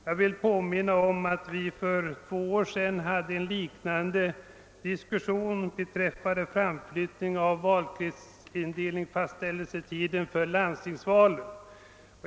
Jag vill påminna om att vi för två år sedan hade en liknande diskussion beträffande framflyttning av valkretsindelningsfastställelsetiden för landstingsvalen.